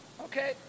Okay